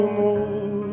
more